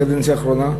בקדנציה האחרונה,